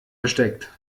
versteckt